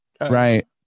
Right